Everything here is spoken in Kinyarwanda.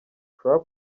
trump